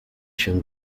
się